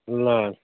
ल